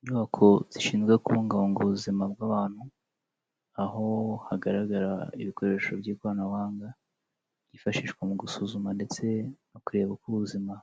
Inyubako zishinzwe kubungabunga ubuzima bw'abantu, aho hagaragara ibikoresho by'ikoranabuhanga, byifashishwa mu gusuzuma ndetse no kureba uko ubuzima